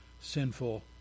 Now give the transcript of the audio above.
sinful